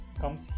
comes